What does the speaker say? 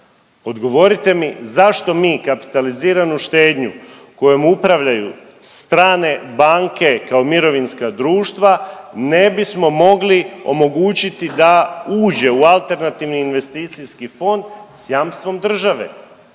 Odgovorite mi zašto mi kapitaliziranu štednju kojom upravljaju strane banke kao mirovinska društva ne bismo mogli omogućiti da uđe u alternativni investicijski fond sa jamstvom države.